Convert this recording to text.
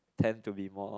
tend to be more